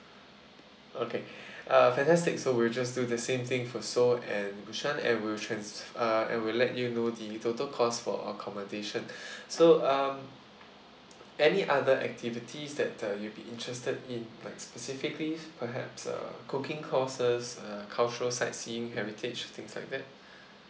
okay uh fantastic so we'll just do the same thing for seoul and busan and we will trans~ uh we will let you know the total cost for accommodation so um any other activities that uh you'll be interested in like specifically perhaps uh cooking courses uh cultural sightseeing heritage things like that